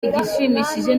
igishimishije